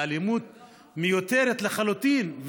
באלימות מיותרת לחלוטין,